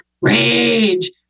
rage